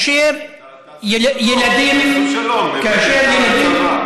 תעשו שלום, לא יהיה צבא.